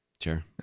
Sure